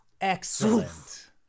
Excellent